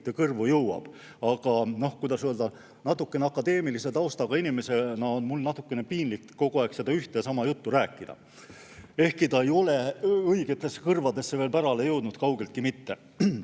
kõrvu jõuab. Aga kuidas öelda, natukene akadeemilise taustaga inimesena on mul piinlik kogu aeg ühte ja sama juttu rääkida, ehkki see ei ole õigetesse kõrvadesse veel pärale jõudnud, kaugeltki mitte.